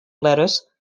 lettuce